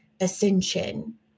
ascension